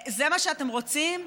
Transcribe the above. זה מה שאתם רוצים?